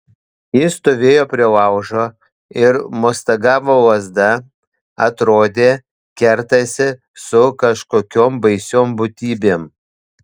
jis stovėjo prie laužo ir mostagavo lazda atrodė kertasi su kažkokiom baisiom būtybėm